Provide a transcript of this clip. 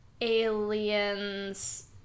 aliens